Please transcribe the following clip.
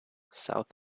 south